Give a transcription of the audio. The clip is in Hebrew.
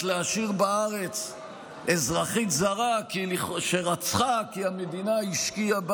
בו להשאיר בארץ אזרחית זרה שרצחה כי המדינה השקיעה בה